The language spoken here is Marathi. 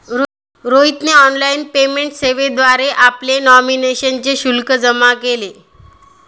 रोहितने ऑनलाइन पेमेंट सेवेद्वारे आपली नॉमिनेशनचे शुल्क जमा केले